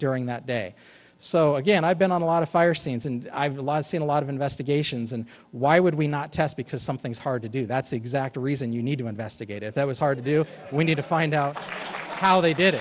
during that day so again i've been on a lot of fire scenes and i've seen a lot of investigations and why would we not test because something's hard to do that's the exact reason you need to investigate if that was hard to do we need to find out how they did